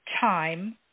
time